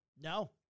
No